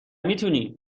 میتونی